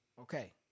okay